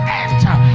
enter